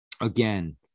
again